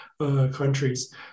countries